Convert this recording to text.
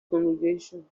congregation